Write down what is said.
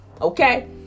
okay